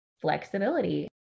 flexibility